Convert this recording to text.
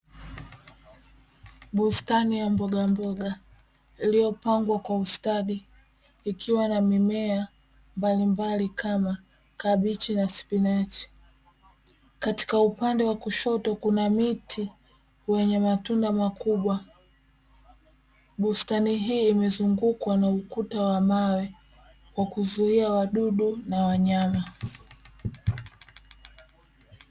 Bustani ya mbogamboga, iliyopangwa kwa ustadi ikiwa na mimea mbalimbali kama; Kabichi na spinachi. Katika upande wa kushoto kuna mti wenye matunda makubwa. Bustani hii imezungukwa na ukuta wa mawe wa kuzuia wadudu na wanyama.